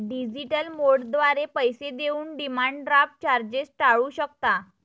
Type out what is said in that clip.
digital मोडद्वारे पैसे देऊन डिमांड ड्राफ्ट चार्जेस टाळू शकता